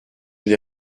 n’ai